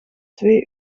twee